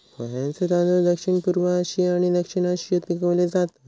पोह्यांचे तांदूळ दक्षिणपूर्व आशिया आणि दक्षिण आशियात पिकवले जातत